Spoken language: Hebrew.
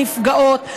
הנפגעות,